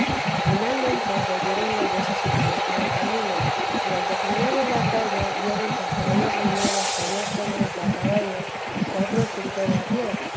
finalmente volvieron los dos a su comenzado camino y al declinar de la tarde vieron que hacia ellos venían hasta diez hombres de a caballo y cuatro o cinco de a pie